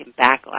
backlash